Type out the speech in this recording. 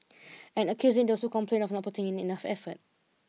and accusing those who complained of not putting in enough effort